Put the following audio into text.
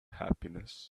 happiness